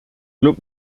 club